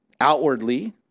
outwardly